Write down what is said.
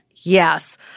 Yes